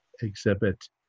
exhibit